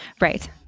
Right